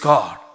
God